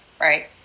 right